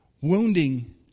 wounding